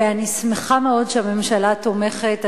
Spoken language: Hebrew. ואני שמחה מאוד שהממשלה תומכת.